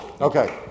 okay